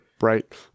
Right